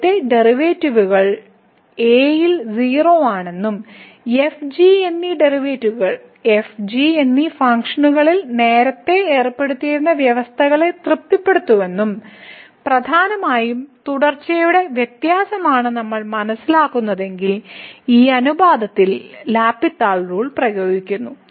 ആദ്യത്തെ ഡെറിവേറ്റീവുകളും a യിൽ 0 ആണെന്നും എഫ് ജി എന്നീ ഡെറിവേറ്റീവുകൾ എഫ് ജി എന്നീ ഫംഗ്ഷനുകളിൽ നേരത്തെ ഏർപ്പെടുത്തിയിരുന്ന വ്യവസ്ഥകളെ തൃപ്തിപ്പെടുത്തുന്നുവെന്നും പ്രധാനമായും തുടർച്ചയുടെ വ്യത്യാസമാണ് നമ്മൾ മനസ്സിലാക്കുന്നതെങ്കിൽ ഈ അനുപാതത്തിൽ എൽ ഹോസ്പിറ്റൽ റൂൾ പ്രയോഗിക്കുന്നു